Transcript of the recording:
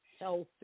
healthy